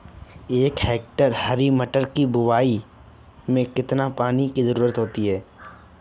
एक हेक्टेयर हरी मटर की बुवाई में कितनी पानी की ज़रुरत होती है?